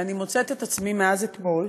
ואני מוצאת את עצמי מאז אתמול,